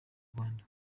rwanda